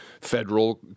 federal